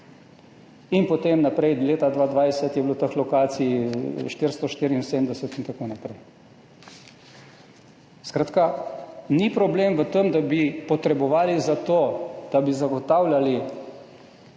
In potem naprej, leta 2020 je bilo teh lokacij 474 in tako naprej. Skratka, problem ni v tem, da bi potrebovali za to, da bi zagotavljali